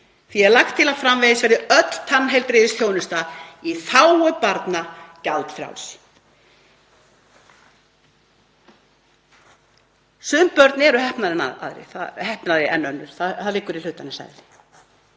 Því er lagt til að framvegis verði öll tannheilbrigðisþjónusta í þágu barna gjaldfrjáls. Sum börn eru heppnari en önnur, það liggur í hlutarins